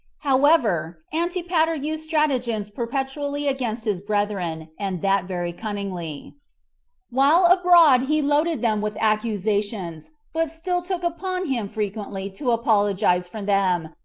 however, antipater used stratagems perpetually against his brethren, and that very cunningly while abroad he loaded them with accusations, but still took upon him frequently to apologize for them,